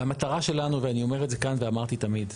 והמטרה שלנו, ואני אומר את זה כאן ואמרתי תמיד,